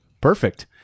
Perfect